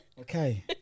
Okay